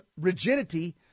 rigidity